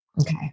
Okay